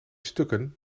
stukken